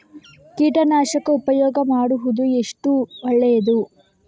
ಕೀಟನಾಶಕ ಉಪಯೋಗ ಮಾಡುವುದು ಎಷ್ಟು ಒಳ್ಳೆಯದು?